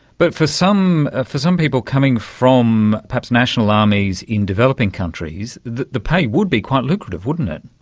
but for some ah for some people coming from perhaps national armies in developing countries, the the pay would be quite lucrative, wouldn't it?